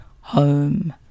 home